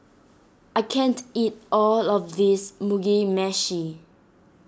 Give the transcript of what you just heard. I can't eat all of this Mugi Meshi